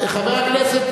חבר הכנסת,